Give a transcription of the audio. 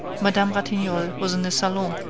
madame ratignolle was in the salon,